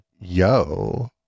yo